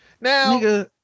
Now